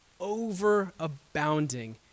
overabounding